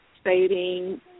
stating